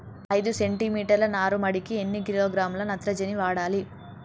ఐదు సెంటిమీటర్ల నారుమడికి ఎన్ని కిలోగ్రాముల నత్రజని వాడాలి?